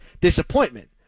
disappointment